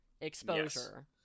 exposure